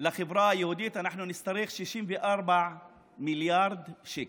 לחברה היהודית אנחנו נצטרך 64 מיליארד שקל.